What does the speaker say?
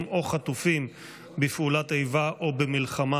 או חטופים בפעולת איבה או במלחמה,